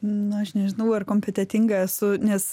nu aš nežinau ar kompetentinga esu nes